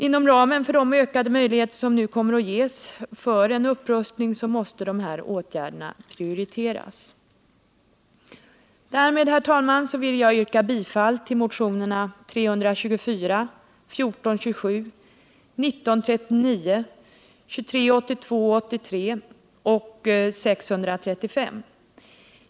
Inom ramen för de ökade möjligheter som nu kommer att ges för en upprustning måste dessa åtgärder prioriteras. Därmed, herr talman, vill jag yrka bifall till motionerna 324, 1427, 1939, 2381, 2382, 2383 och 635.